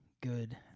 good